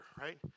right